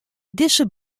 dizze